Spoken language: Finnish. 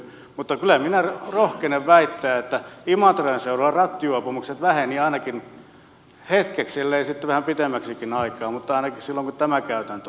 mutta kyllä minä rohkenen väittää että imatran seudulla rattijuopumukset vähenivät ainakin hetkeksi elleivät sitten vähän pitemmäksikin aikaa mutta ainakin silloin kun tämä käytäntö oli voimassa